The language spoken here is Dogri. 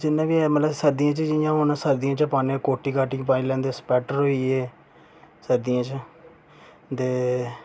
जिन्ने बी एह् मतलब सर्दियें च जियां हून सर्दियें च पान्ने कोटी काटी पाई लैंदे स्वैटर होई गे सर्दियें च ते